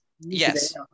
Yes